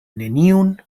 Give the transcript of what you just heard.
neniun